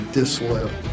disloyal